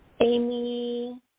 Amy